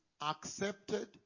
accepted